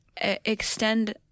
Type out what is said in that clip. extend